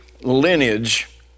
lineage